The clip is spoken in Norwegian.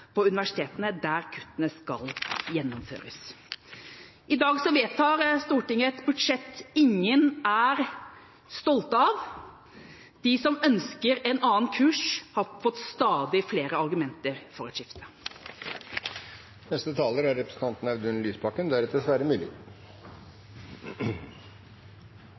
på universitetene der kuttene skal gjennomføres. I dag vedtar Stortinget et budsjett ingen er stolt av. De som ønsker en annen kurs, har fått stadig flere argumenter for et